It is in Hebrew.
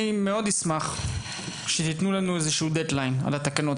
אני מאוד אשמח שתיתנו לנו איזה דד-ליין לתקנות.